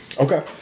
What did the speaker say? Okay